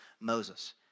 Moses